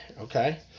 okay